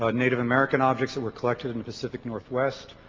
ah native american objects that were collected in the pacific northwest.